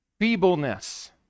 feebleness